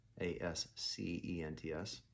A-S-C-E-N-T-S